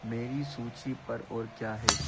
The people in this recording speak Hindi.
मेरी सूची पर और क्या है